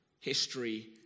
History